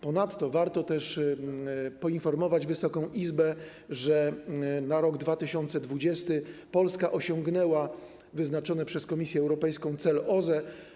Ponadto warto też poinformować Wysoką Izbę, że w roku 2020 Polska osiągnęła wyznaczony przez Komisję Europejską cel OZE.